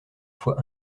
fois